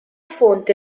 fonte